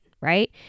right